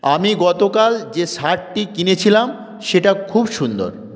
আমি গতকাল যে শার্টটি কিনেছিলাম সেটা খুব সুন্দর